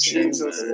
Jesus